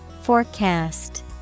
Forecast